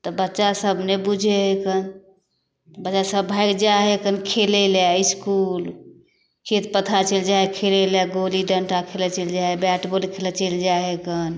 तऽ बच्चा सभ नहि बुझै है कऽ बच्चा सभ भागि जाइ है कन खेलै लै इसकुल खेत पथार चैलि जाइ हइ खेलै लै गोली डँटा खेलऽ चैलि जाइ हइ बैट बौल खेलऽ चैलि जाइ हइ कन